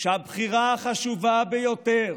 שהבחירה החשובה ביותר